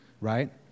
Right